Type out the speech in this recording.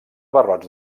barrots